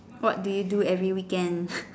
what do you do every weekends